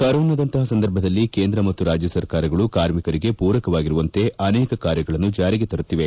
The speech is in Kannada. ಕೊರೊನಾದಂತಹ ಸಂದರ್ಭದಲ್ಲಿ ಕೇಂದ್ರ ಮತ್ತು ರಾಜ್ಯ ಸರ್ಕಾರಗಳು ಕಾರ್ಮಿಕರಿಗೆ ಪೂರಕವಾಗಿರುವಂತೆ ಅನೇಕ ಕಾರ್ಯಗಳನ್ನು ಜಾರಿಗೆ ತರುತ್ತಿದೆ